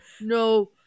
No